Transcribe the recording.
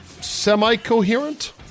semi-coherent